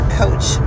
coach